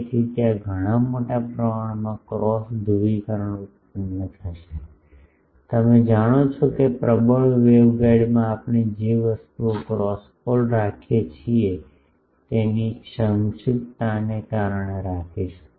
તેથી ત્યાં ઘણા મોટા પ્રમાણમાં ક્રોસ ધ્રુવીકરણ ઉત્પન્ન થશે તમે જાણો છો કે પ્રબળ વેવગાઇડમાં આપણે જે વસ્તુઓ ક્રોસ પોલ રાખીએ છીએ તેની સંક્ષિપ્તતાને કારણે રાખીશું